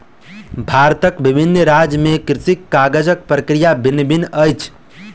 भारतक विभिन्न राज्य में कृषि काजक प्रक्रिया भिन्न भिन्न अछि